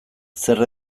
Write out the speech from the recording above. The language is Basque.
zer